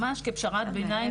ממש כפשרת ביניים,